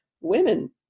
women